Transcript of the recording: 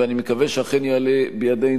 ואני מקווה שאכן יעלה בידנו,